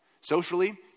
Socially